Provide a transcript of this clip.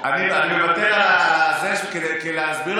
קריאה: , 04:00, מה השעה?